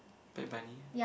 pet bunny